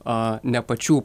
a ne pačių